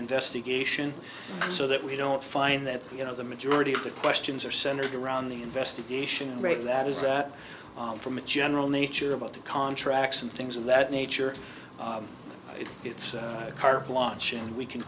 investigation so that we don't find that you know the majority of the questions are centered around the investigation rate that is that from a general nature about the contracts and things of that nature if it's a